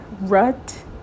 rut